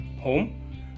home